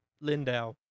Lindau